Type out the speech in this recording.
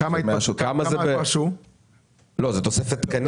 זאת תוספת תקנים.